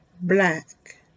black